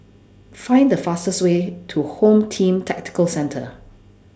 Find The fastest Way to Home Team Tactical Centre